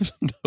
No